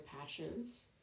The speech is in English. passions